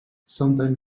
sometime